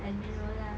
I don't know lah